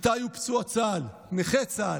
איתי הוא פצוע צה"ל, נכה צה"ל.